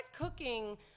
cooking